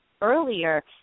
earlier